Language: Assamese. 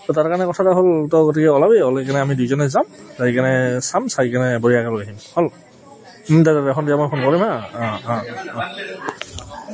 ত' তাৰ কাৰণে কথা এটা হ'ল তই গতিকে ওলাবি ওলাই কিনে আমি দুইজনে যাম যাই কিনে চাম চাই কিনে বঢ়িয়াকৈ লৈ আহিম হ'ল দে দে দে সন্ধিয়া মই ফোন কৰিম হাঁ অঁ অঁ অঁ